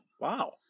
Wow